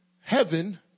Heaven